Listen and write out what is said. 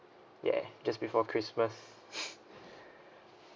ya just before christmas